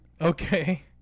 Okay